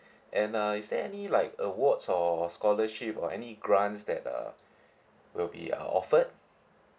and uh is there any like awards or scholarship or any grants that uh will be uh offered